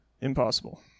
impossible